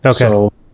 Okay